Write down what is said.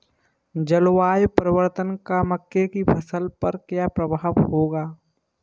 जलवायु परिवर्तन का मक्के की फसल पर क्या प्रभाव होगा?